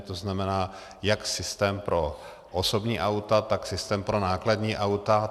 To znamená jak systém pro osobní auta, tak systém pro nákladní auta.